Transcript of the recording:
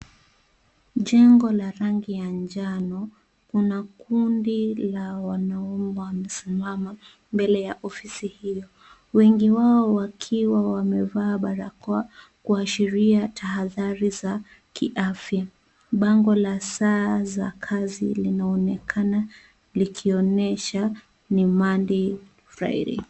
Jengo la rangi ya njano. Kuna kundi la wanaume wamesimama mbele ya ofisi hiyo. Wengi wao wakiwa wamevaa barakoa kuashiria tahadhari za kiafya. Bango la saa za kazi linaonekana likionyesha ni Monday to Friday .